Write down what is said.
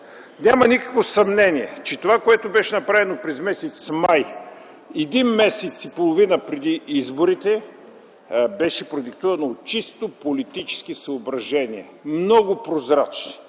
Няма никакво съмнение, че това, което беше направено през м. май – месец и половина преди изборите, беше продиктувано от чисто политически съображения, много прозрачни